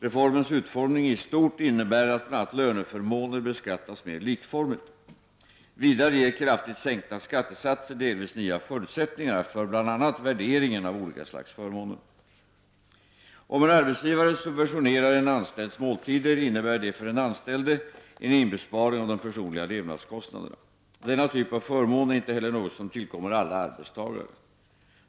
Reformens utformning i stort innebär att bl.a. löneförmåner beskattas mer likformigt. Vidare ger kraftigt sänkta skattesatser delvis nya förutsättningar för bl.a. värderingen av olika slags förmåner. Om en arbetsgivare subventionerar en anställds måltider innebär detta för den anställde en inbesparing av de personliga levnadskostnaderna. Denna typ av förmån är inte heller något som tillkommer alla arbetstagare.